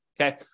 okay